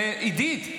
עידית,